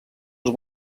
als